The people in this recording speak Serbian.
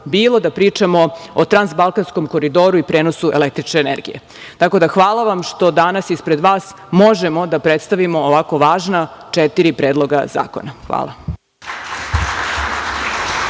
bilo da pričamo o transbalkanskom koridoru i prenosu električne energije. Tako da, hvala vam što danas ispred vas možemo da predstavimo ovako važna četiri predloga zakona. Hvala.